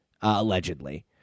allegedly